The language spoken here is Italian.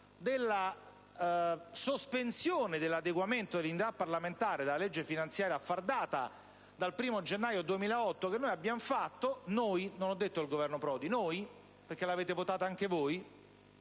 della sospensione dell'adeguamento dell'indennità parlamentare prevista nella legge finanziaria a far data dal 1° gennaio 2008, che noi abbiamo fatto - noi, non ho detto il Governo Prodi, perché l'avete votato anche voi